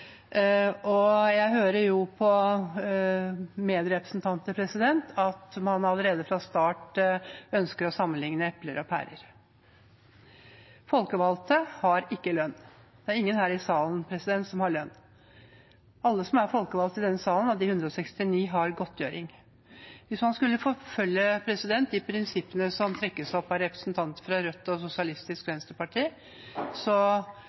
Jeg hører på medrepresentantene at man allerede fra start ønsker å sammenligne epler og pærer. Folkevalgte har ikke lønn. Det er ingen her i salen som har lønn. Alle av de 169 som er folkevalgt i denne salen, har godtgjøring. Hvis man skulle forfølge de prinsippene som trekkes frem av representanter fra Rødt og Sosialistisk